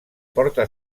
porta